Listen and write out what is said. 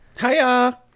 Hiya